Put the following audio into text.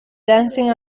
dancing